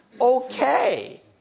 okay